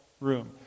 room